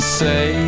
say